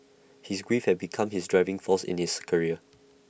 his grief had become his driving force in his career